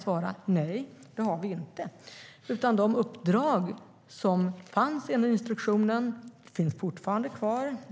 Svaret är nej, det har vi inte, utan de uppdrag som fanns enligt instruktionen finns fortfarande kvar.